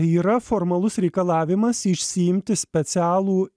yra formalus reikalavimas išsiimti specialų